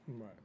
Right